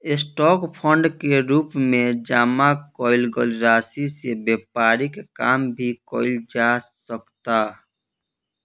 stock fund के रूप में जामा कईल गईल राशि से व्यापारिक काम भी कईल जा सकता